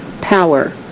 power